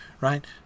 right